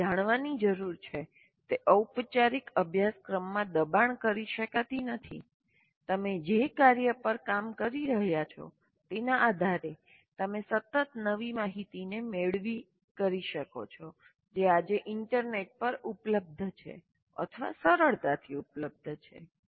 આપણે જે જાણવાની જરૂર છે તે ઔપચારિક અભ્યાસક્રમમાં દબાણ કરી શકાતી નથી તમે જે કાર્ય પર કામ કરી રહ્યા છો તેના આધારે તમે સતત નવી માહિતીને મેળવી કરી શકો છો જે આજે ઇન્ટરનેટ પર ઉપલબ્ધ છે અથવા સરળતાથી સુલભ છે